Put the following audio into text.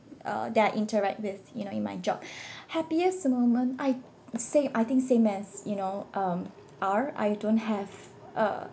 uh that I interact with you know in my job happiest moment I same I think same as you know um R I don't have a